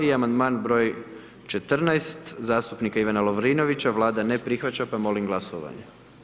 I amandman br. 14 zastupnika Ivana Lovrinovića, Vlada ne prihvaća pa molim glasovanje.